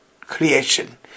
creation